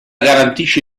garantisce